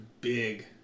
big